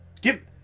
Give